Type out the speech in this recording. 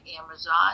Amazon